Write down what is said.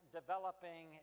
developing